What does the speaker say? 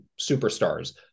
superstars